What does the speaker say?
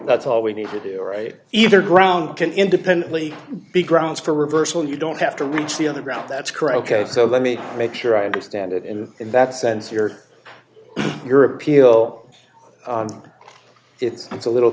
that's all we need to do right either ground can independently be grounds for reversal you don't have to reach the on the ground that's correct so let me make sure i understand it in that sense your your appeal it is a little